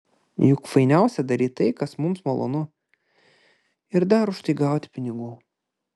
juk fainiausia daryti tai kas mums malonu ir dar už tai gauti pinigų